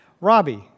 Robbie